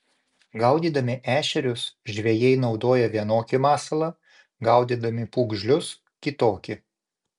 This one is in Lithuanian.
gaudydami ešerius žvejai naudoja vienokį masalą gaudydami pūgžlius kitokį